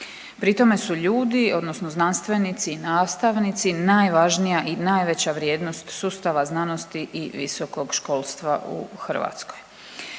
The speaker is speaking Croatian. Pri tome su ljudi odnosno znanstvenici i nastavnici najvažnija i najveća vrijednost sustava znanosti i visokog školstva u Hrvatskoj.